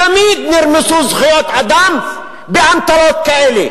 תמיד נרמסו זכויות אדם באמתלות כאלה.